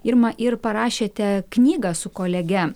irma ir parašėte knygą su kolege